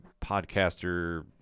podcaster